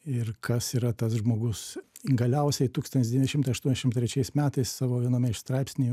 ir kas yra tas žmogus galiausiai tūkstantis devyni šimtai aštuoniašim trečiais metais savo viename iš straipsnių